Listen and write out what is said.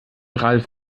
ralf